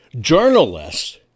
journalists